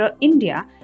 India